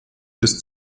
bis